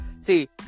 See